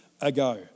ago